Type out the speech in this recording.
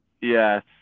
Yes